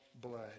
blood